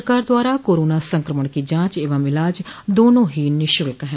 सरकार द्वारा कोरोना संक्रमण की जांच एवं इलाज दोनों ही निःशुल्क है